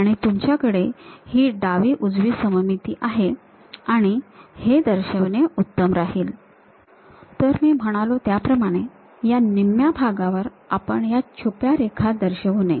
आणि तुमच्याकडे ही डावी उजवी सममिती आहे आणि हे दर्शविणे उत्तम राहील तर मी म्हणालो त्याप्रमाणे या निम्म्या भागावर आपण या छुप्या रेखा दर्शवू नये